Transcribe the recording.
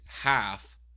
half